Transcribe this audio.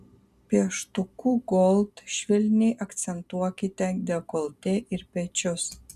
pieštuku gold švelniai akcentuokite dekoltė ir pečius